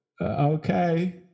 Okay